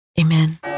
Amen